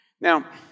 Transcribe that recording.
Now